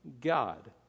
God